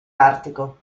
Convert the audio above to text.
artico